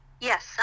yes